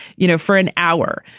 you know, for an hour.